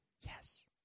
Yes